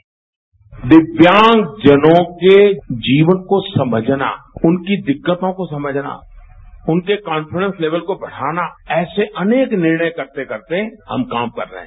sound byte दिव्यांगजनों के जीवन को समझना उनकी दिक्कतों को समझना उनके कोन्फीडेंस लेवल को बढ़ाना ऐसे अनेक निर्णय करते करते हम काम कर रहे हैं